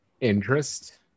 interest